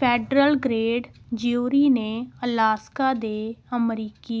federal grand jury ਨੇ Alaska ਦੇ ਅਮਰੀਕੀ